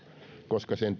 koska sen